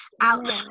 out